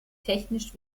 technisch